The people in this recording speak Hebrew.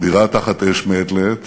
בירה תחת אש מעת לעת